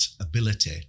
ability